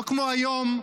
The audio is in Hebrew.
לא כמו היום,